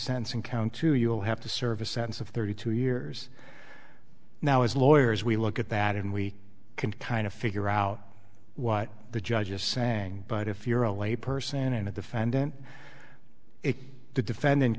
sensing count two you'll have to serve a sense of thirty two years now as lawyers we look at that and we can kind of figure out what the judge is saying but if you're a layperson and a defendant if the defendant